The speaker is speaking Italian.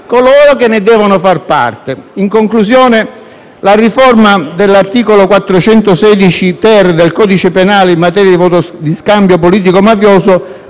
coloro che ne devono far parte. In conclusione, la riforma dell'articolo 416-*ter* del codice penale in materia di voto di scambio politico-mafioso